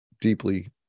deeply